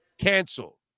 cancel